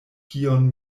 kion